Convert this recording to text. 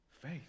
Faith